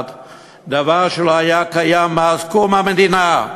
דבר שלא היה קיים מאז קום המדינה,